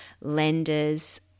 lender's